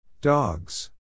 Dogs